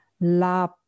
La